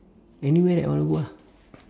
anywhere that I wanna go lah